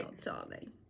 darling